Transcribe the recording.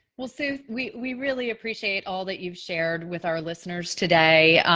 well, sue, we we really appreciate all that you've shared with our listeners today,